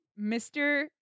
Mr